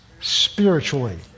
spiritually